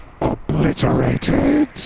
obliterated